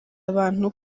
abantu